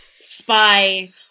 spy